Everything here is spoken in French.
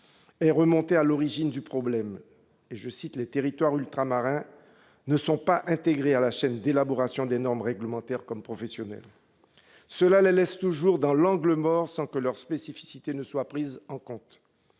est remontée à l'origine du problème :« Les territoires ultramarins ne sont pas intégrés à la chaîne d'élaboration des normes réglementaires comme professionnelles. » Cela les laisse toujours dans l'angle mort, sans que leurs spécificités soient prises en compte.